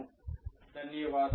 మీ దృష్టికి చాలా ధన్యవాదాలు